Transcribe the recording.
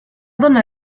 donna